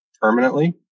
permanently